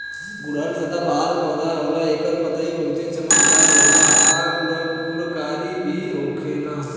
गुड़हल सदाबाहर पौधा होला एकर पतइ बहुते चमकदार होला आ गुणकारी भी होखेला